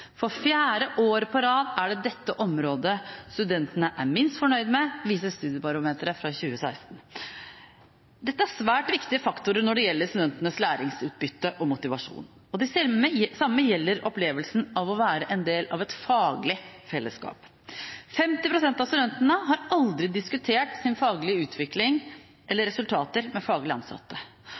for fjerde året på rad er det dette området studentene er minst fornøyd med, viser Studiebarometeret fra 2016. Dette er svært viktige faktorer når det gjelder studentenes læringsutbytte og motivasjon, og det samme gjelder opplevelsen av å være en del av et faglig fellesskap. 50 pst. av studentene har aldri diskutert sin faglige utvikling eller sine resultater med faglig ansatte.